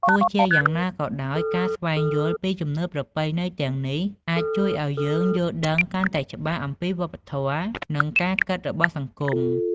ទោះជាយ៉ាងណាក៏ដោយ ការស្វែងយល់ពីជំនឿប្រពៃណីទាំងនេះអាចជួយឱ្យយើងយល់ដឹងកាន់តែច្បាស់អំពីវប្បធម៌ និងការគិតរបស់សង្គម។